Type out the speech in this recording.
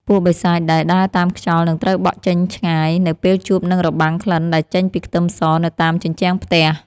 ពួកបិសាចដែលដើរតាមខ្យល់នឹងត្រូវបក់ចេញឆ្ងាយនៅពេលជួបនឹងរបាំងក្លិនដែលចេញពីខ្ទឹមសនៅតាមជញ្ជាំងផ្ទះ។